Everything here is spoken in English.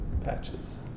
Patches